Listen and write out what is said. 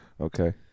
Okay